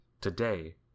Today